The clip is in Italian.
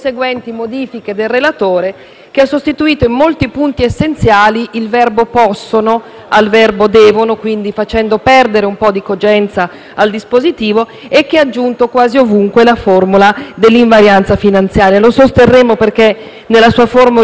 che ha sostituito in molti punti essenziali il verbo «possono» al verbo «devono», facendo quindi perdere un po' di cogenza al dispositivo, aggiungendo quasi ovunque la formula dell'invarianza finanziaria. Lo sosterremo comunque perché, nella sua forma originaria, come scritto